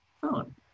phone